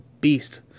beast